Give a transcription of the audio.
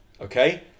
okay